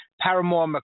Paramore